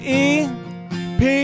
ep